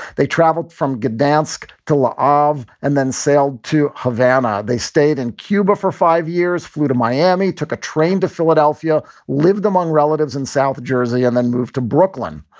they traveled from gdansk to la of and then sailed to havana. they stayed in cuba for five years, flew to miami, took a train to philadelphia, lived among relatives in south jersey and then moved to brooklyn.